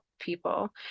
people